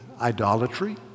idolatry